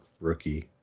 rookie